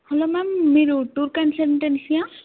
hello ma'am మీరు tour కన్సంటెన్సీయా